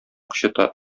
кычыта